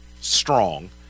strong